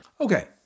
Okay